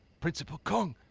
principal kong.